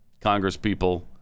congresspeople